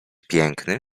piękny